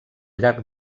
llarg